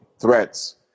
threats